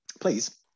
please